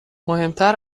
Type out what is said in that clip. مهمتر